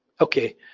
Okay